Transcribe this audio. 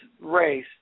race